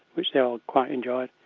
which they all quite enjoyed.